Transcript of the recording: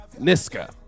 Niska